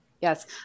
Yes